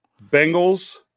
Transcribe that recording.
Bengal's